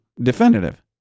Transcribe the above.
Definitive